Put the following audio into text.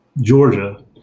georgia